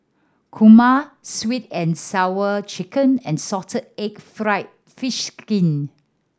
kurma Sweet And Sour Chicken and salted egg fried fish skin